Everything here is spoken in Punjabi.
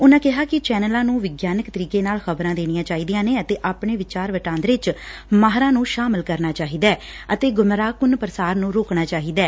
ਉਨੂਂ ਕਿਹਾ ਕਿ ਚੈਨਲਾਂ ਨੂੰ ਵਿਗਿਆਨਕ ਤਰੀਕੇ ਨਾਲ ਖ਼ਬਰਾ ਦੇਣੀਆ ਚਾਹੀਦੀਆ ਨੇ ਅਤੇ ਆਪਣੇ ਵਿਚਾਰ ਵਟਾਦਰੇ ਚ ਮਾਹਿਰਾ ਨੰ ਸ਼ਾਮਲ ਕਰਨਾ ਚਾਹੀਦੈ ਅਤੇ ਗੁੰਮਰਾਹਕੁੰਨ ਪੁਸਾਰ ਨੂੰ ਰੋਕਣਾ ਚਾਹੀਦੈ